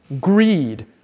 greed